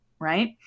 right